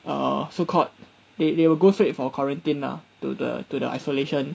err so called they they will go straight for quarantine lah to the to the isolation